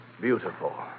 beautiful